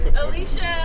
Alicia